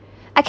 I